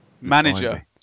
manager